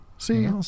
See